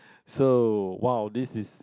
so !wow! this is